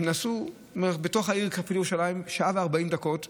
נסעו בתוך העיר ירושלים שעה ו-40 דקות.